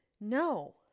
No